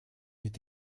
mit